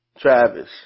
Travis